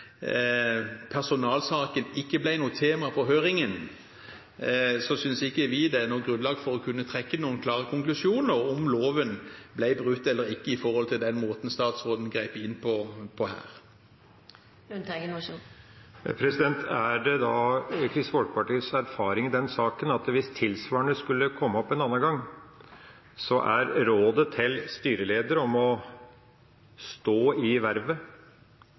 personalsaken ikke ble noe tema på høringen, synes ikke vi det er noe grunnlag for å kunne trekke noen klare konklusjoner om loven ble brutt eller ikke, med tanke på den måten statsråden grep inn på her. Er det da Kristelig Folkepartis erfaring i den saken at hvis tilsvarende skulle komme opp en annen gang, så er rådet til styreleder å stå i vervet